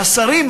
והשרים,